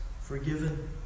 forgiven